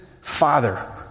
Father